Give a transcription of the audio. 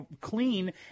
clean